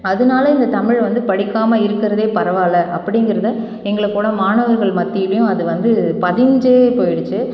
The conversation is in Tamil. அதனால இந்த தமிழ் வந்து படிக்காமல் இருக்கிறதே பரவாயில்ல அப்படிங்கிறத எங்களை போல் மாணவர்கள் மத்தியிலேயும் அது வந்து பதிஞ்சே போயிடுச்சு